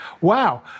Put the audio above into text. Wow